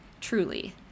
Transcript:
truly